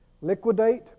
Liquidate